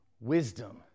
wisdom